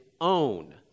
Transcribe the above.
own